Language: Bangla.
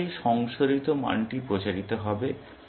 এইভাবে সংশোধিত মানটি প্রচারিত হবে